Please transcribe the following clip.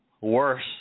worse